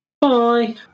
Bye